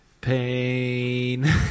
pain